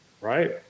Right